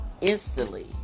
instantly